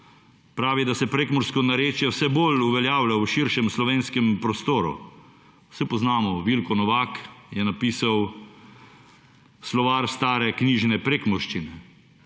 Pravi, da se prekmursko narečje vse bolj uveljavlja v širšem slovenskem prostoru. Saj poznamo Vilko Novak je napisal slovar stare knjižne prekmurščine.